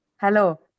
hello